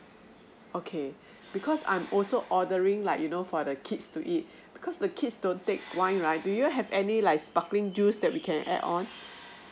okay because I'm also ordering like you know for the kids to eat because the kids don't take wine right do you have any like sparkling juice that we can add on